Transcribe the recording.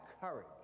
Courage